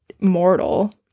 mortal